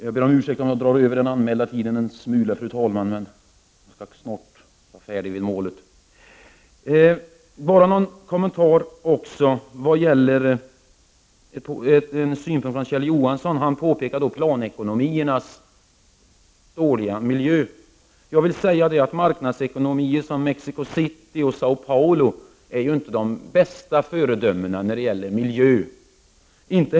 Jag vill göra några kommentarer beträffande det som Kjell Johansson sade om planekonomiernas dåliga miljö. Men marknadsekonomier, t.ex. Mexico City och Såäo Paulo är ju inte de bästa föredömena när det gäller miljön.